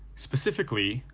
specifically,